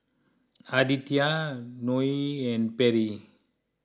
Aditya Noe and Perry